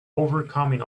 overcoming